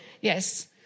Yes